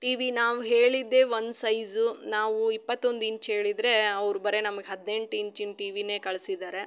T V ನಾವು ಹೇಳಿದ್ದೆ ಒಂದು ಸೈಝು ನಾವು ಇಪ್ಪತ್ತೊಂದು ಇಂಚು ಹೇಳಿದ್ರೆ ಅವ್ರು ಬರಿ ನಮ್ಗೆ ಹದಿನೆಂಟು ಇಂಚಿನ ಟಿ ವಿನ ಕಳ್ಸಿದ್ದಾರೆ